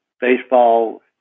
baseball